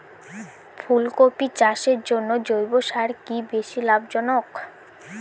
ফুলকপি চাষের জন্য জৈব সার কি বেশী লাভজনক?